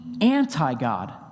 anti-God